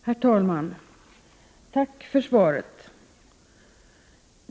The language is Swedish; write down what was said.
Herr talman! Tack för svaret!